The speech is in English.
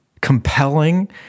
compelling